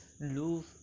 lose